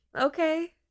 Okay